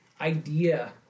idea